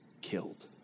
killed